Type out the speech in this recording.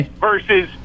versus